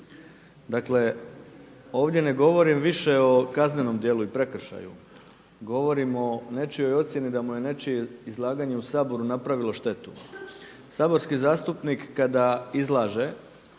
Dakle, ovdje ne govorim više o kaznenom djelu i prekršaju, govorim o nečijoj ocjeni da mu je nečije izlaganje u Saboru napravilo štetu. Saborski zastupnik kada izlaže